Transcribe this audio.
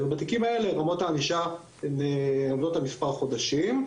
בתיקים האלה רמות הענישה הם מספר חודשים.